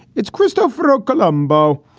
it's cristoforo colombo,